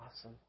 Awesome